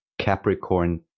Capricorn